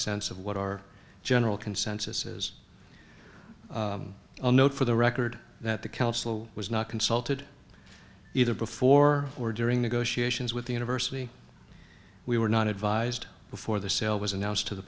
sense of what our general consensus is a note for the record that the council was not consulted either before or during negotiations with the university we were not advised before the sale was announced to the